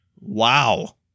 Wow